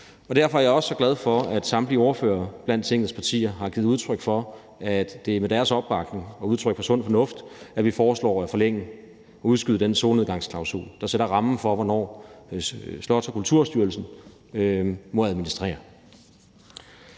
Derfor er jeg også glad for, at samtlige ordførere blandt Tingets partier har givet udtryk for, at det er med deres opbakning og et udtryk for sund fornuft, at vi foreslår at forlænge og udskyde den solnedgangsklausul, der sætter rammen for, hvornår Slots- og Kulturstyrelsen må administrere.